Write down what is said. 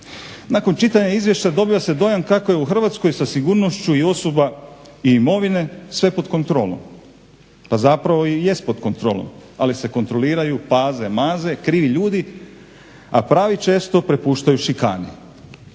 Nakon čitanja Izvješća dobiva se dojam kako je u Hrvatskoj sa sigurnošću i osoba i imovine sve pod kontrolom. Pa zapravo i jest pod kontrolom, ali se kontroliraju paze, maze krivi ljudi a pravi često prepuštaju šikani.